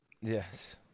Yes